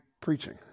preaching